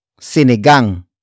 Sinigang